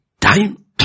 time